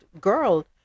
girl